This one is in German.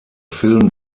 film